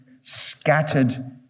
scattered